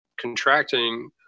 contracting